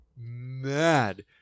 mad